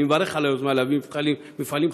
אני מברך על היוזמה להביא מפעלים חדשניים